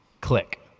Click